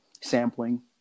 sampling